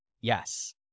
yes